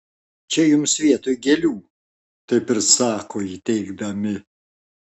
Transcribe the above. čia jums vietoj gėlių taip ir sako įteikdami